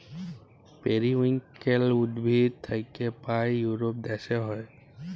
periwinkle উদ্ভিদ থাক্যে পায় ইউরোপ দ্যাশে হ্যয়